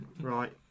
Right